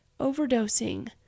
overdosing